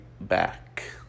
back